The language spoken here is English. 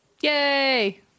Yay